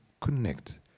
connect